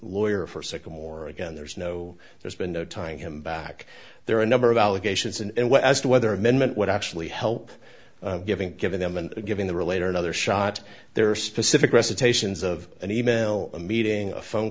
lawyer for sycamore again there's no there's been no tying him back there are a number of allegations and well as to whether amendment would actually help giving giving them and giving the relator another shot their specific recitations of an e mail a meeting a phone